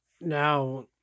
Now